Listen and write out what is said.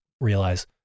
realize